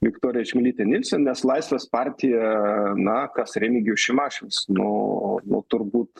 viktorija čmilytė nilsen nes laisvės partija na kas remigijus šimašius o nu turbūt